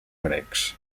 grecs